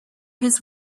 his